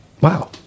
Wow